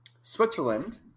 switzerland